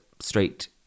straight